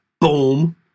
Boom